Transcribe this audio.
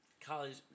College